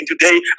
today